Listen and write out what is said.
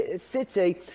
city